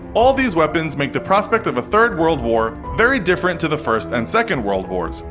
all these weapons make the prospect of a third world war very different to the first and second world wars.